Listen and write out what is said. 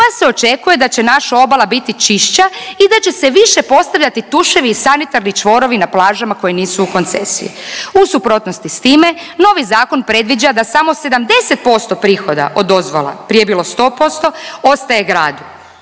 pa se očekuje da će naša obala biti čišća i da će se više postavljati tuševi i sanitarni čvorovi na plažama koje nisu u koncesiji. U suprotnosti s time, novi zakon predviđa da samo 70% prihoda od dozvola, prije ne bilo 100%, ostaje gradu.